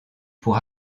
pour